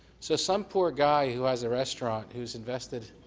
so some poor guy who has a restaurant who has invested,